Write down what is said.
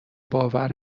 باور